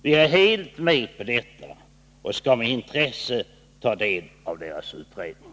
Vi är helt med på detta och skall med intresse ta del av gruppens utredning.